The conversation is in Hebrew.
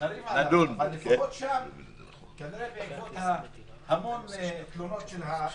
נריב עליו, כנראה בעקבות המון תלונות של הציבור.